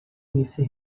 nesse